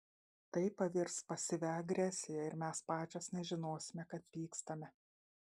tai pavirs pasyvia agresija ir mes pačios nežinosime kad pykstame